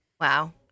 Wow